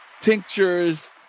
tinctures